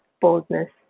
boldness